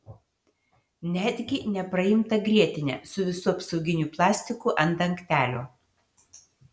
netgi nepraimtą grietinę su visu apsauginiu plastiku ant dangtelio